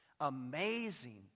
amazing